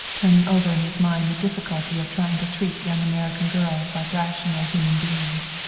turning over in his mind the difficulty of trying to treat young american girls like rational human beings.